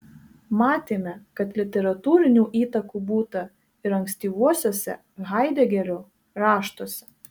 matėme kad literatūrinių įtakų būta ir ankstyvuosiuose haidegerio raštuose